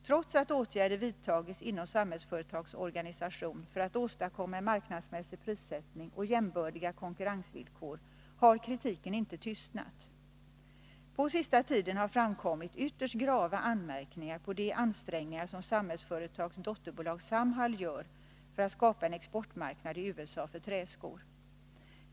Trots att åtgärder vidtagits inom Samhällsföretags organisation för att åstadkomma en marknadsmässig prissättning och jämbördiga konkurrensvillkor har kritiken inte tystnat. På senaste tiden har det framkommit ytterst grava anmärkningar med anledning av de ansträngningar som Samhällsföretags dotterbolag Samhall gör för att skapa en exportmarknad i USA för träskor.